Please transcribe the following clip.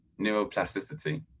neuroplasticity